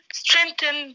strengthen